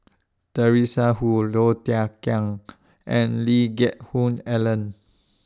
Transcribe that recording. Teresa Hsu Low Thia Khiang and Lee Geck Hoon Ellen